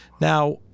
now